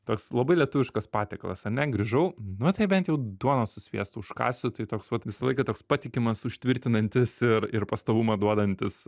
toks labai lietuviškas patiekalas ar ne grįžau nu tai bent jau duonos su sviestu užkąsiu tai toks vat visą laiką toks patikimas užtvirtinantis ir ir pastovumą duodantis